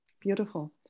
beautiful